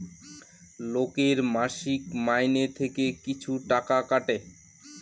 লোকের মাসিক মাইনে থেকে কিছু টাকা কাটে